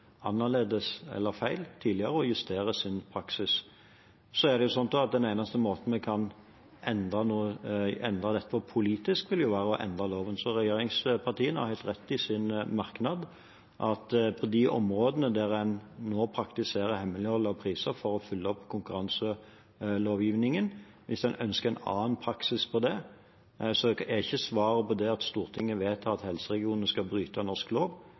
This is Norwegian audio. annerledes eller feil tidligere, og justerer sin praksis. Så er det slik at den eneste måten vi kan endre dette på politisk, vil være å endre loven, så regjeringspartiene har helt rett i sin merknad, at hvis en ønsker en annen praksis for de områdene der en nå praktiserer hemmelighold av priser for å oppfylle konkurranselovgivningen, er ikke svaret på det at Stortinget vedtar at helseregionene skal bryte norsk lov,